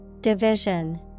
Division